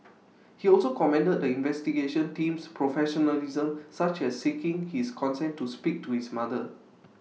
he also commended the investigation team's professionalism such as in seeking his consent to speak to his mother